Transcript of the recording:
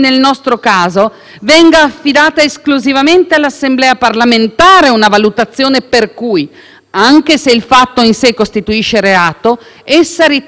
anche se il fatto in sé costituisce reato, essa ritenga «l'agire del Ministro giustificato dalla prevalenza dell'interesse pubblico e quindi lo sottragga